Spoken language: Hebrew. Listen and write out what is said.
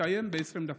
התקיים ב-20 דקות.